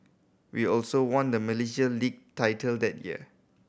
we also won the Malaysia Lee title that year